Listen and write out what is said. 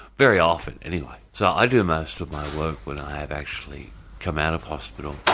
very often anyway. so i do most of my work when i have actually come out of hospital.